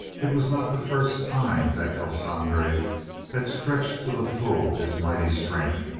it was not the first time that el sangre had stretched to the full his mighty strength,